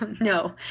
no